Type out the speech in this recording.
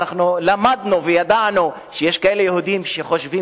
אנחנו למדנו וידענו שיש כאלה יהודים שחושבים